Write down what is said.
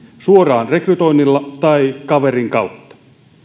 suoraan rekrytoinnilla tai kaverin kautta